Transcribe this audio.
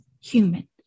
human